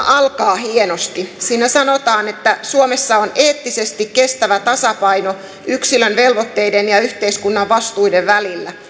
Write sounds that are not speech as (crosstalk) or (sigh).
(unintelligible) alkaa hienosti siinä sanotaan että suomessa on eettisesti kestävä tasapaino yksilön velvoitteiden ja yhteiskunnan vastuiden välillä